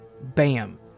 bam